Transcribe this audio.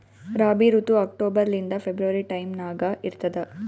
ರಾಬಿ ಋತು ಅಕ್ಟೋಬರ್ ಲಿಂದ February time ನಾಗ ಇರ್ತದ